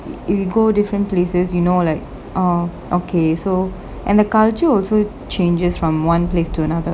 you go different places you know like uh okay so and the culture also changes from one place to another